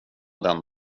den